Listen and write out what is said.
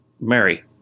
Mary